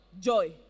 joy